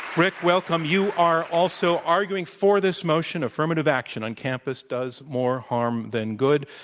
rick, welcome. you are also arguing for this motion affirmative action on campus does more harm than good.